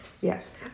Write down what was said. Yes